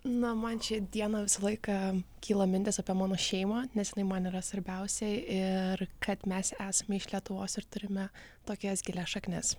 na man šią dieną visą laiką kyla mintis apie mano šeimą nes jinai man yra svarbiausia ir kad mes esame iš lietuvos ir turime tokias gilias šaknis